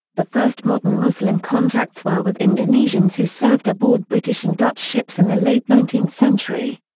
the first modern muslim contacts were with indonesians who served aboard british and dutch ships in the late nineteenth century.